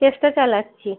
চেষ্টা চালাচ্ছি